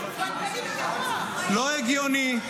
--- לא הגיוני,